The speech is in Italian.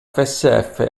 fsf